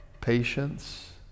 patience